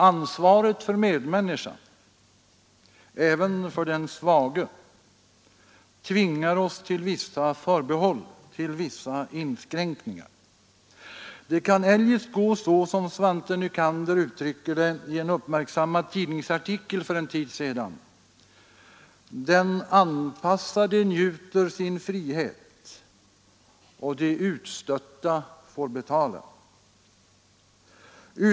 Ansvaret för medmänniskan, även för den svage, tvingar oss till vissa förbehåll och inskränkningar. Det kan eljest gå så som Svante Nycander uttryckte det i en uppmärksammad tidningsartikel för en tid sedan: Den anpassade njuter sin frihet och de utstötta får betala den.